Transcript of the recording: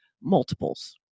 multiples